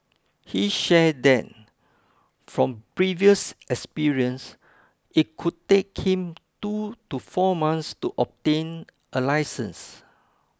he shared that from previous experience it could take him two to four months to obtain a licence